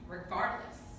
regardless